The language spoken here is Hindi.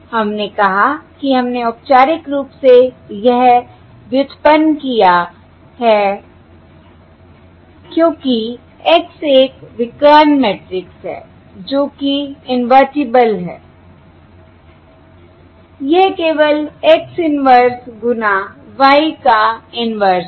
हमने कहा कि हमने औपचारिक रूप से यह व्युत्पन्न किया है क्योंकि X एक विकर्ण मैट्रिक्स है जो कि इनवर्टिबल है यह केवल X इन्वर्स गुना Y का इन्वर्स है